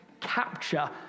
capture